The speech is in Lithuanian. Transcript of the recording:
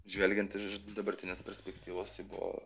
žvelgiant iš dabartinės perspektyvos tai buvo